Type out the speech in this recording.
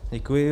Děkuji.